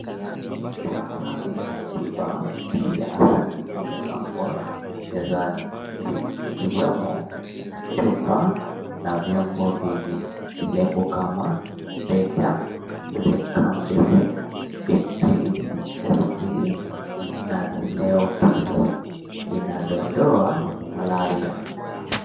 Vifaa vya tiba ya asili vimepangwa mezani vikiwemo chupa na vyombo vyenye lebo kama DEJA, NZEGAMBI, IKTI, SP NA LEOKI, inadondoa malaria.